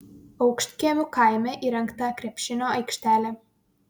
aukštkiemių kaime įrengta krepšinio aikštelė